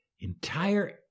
entire